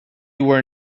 were